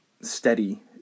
steady